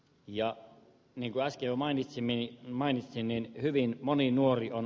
ja ne laskea mainitsemieni mainiosti niin hyvin moni nuori on